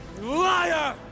liar